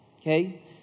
Okay